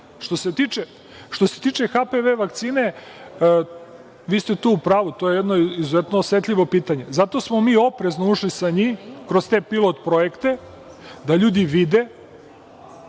se tiče HPV vakcine, vi ste tu u pravu, to je jedno izuzetno osetljivo pitanje. Zato smo mi oprezno ušli sa njim kroz te pilot projekte, da ljudi vide.